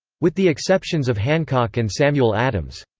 with the exceptions of hancock and samuel adams.